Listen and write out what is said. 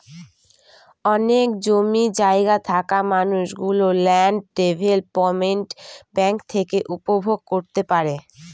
অনেক জমি জায়গা থাকা মানুষ গুলো ল্যান্ড ডেভেলপমেন্ট ব্যাঙ্ক থেকে উপভোগ করতে পারে